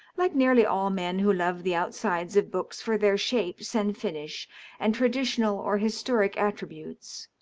like nearly all men who love the outsides of books for their shapes and finish and tradi tional or historic attributes,